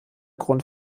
grund